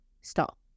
stop